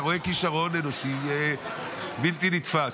אתה רואה כישרון אנושי בלתי נתפס.